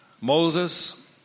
Moses